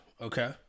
okay